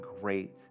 great